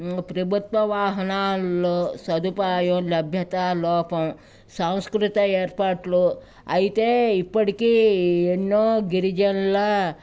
ప్రభుత్వ వాహనాల్లో సదుపాయం లభ్యత లోపం సంస్కృత ఏర్పాట్లు అయితే ఇప్పటికీ ఎన్నో గిరిజనుల